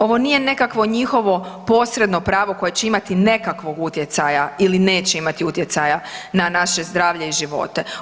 Ovo nije nekakvo njihovo posredno pravo koje će imati nekakvog utjecaja ili neće imati utjecaja na naše zdravlje i živote.